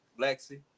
Lexi